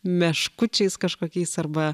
meškučiais kažkokiais arba